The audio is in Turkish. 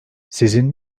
sizin